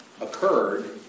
occurred